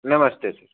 नमस्ते फ़िर